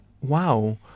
wow